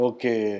Okay